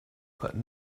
but